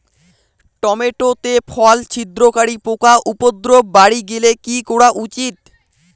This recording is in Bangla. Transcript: টমেটো তে ফল ছিদ্রকারী পোকা উপদ্রব বাড়ি গেলে কি করা উচিৎ?